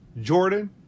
Jordan